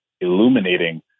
illuminating